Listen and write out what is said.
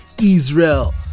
israel